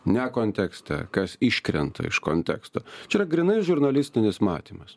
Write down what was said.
ne kontekste kas iškrenta iš konteksto čia yra grynai žurnalistinis matymas